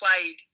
played